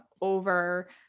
over